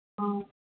ꯑꯧ